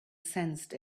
sensed